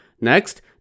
Next